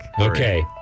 Okay